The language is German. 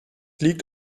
liegt